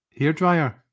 hairdryer